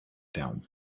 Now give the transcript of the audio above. down